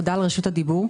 תודה על רשות הדיבור.